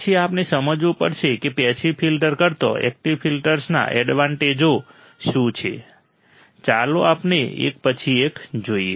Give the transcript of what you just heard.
પછી આપણે સમજવું પડશે કે પેસિવ ફિલ્ટર કરતાં એકટીવ ફિલ્ટર્સના એડવાન્ટેજો શું છે ચાલો આપણે એક પછી એક જોઈએ